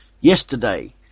Yesterday